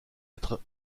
être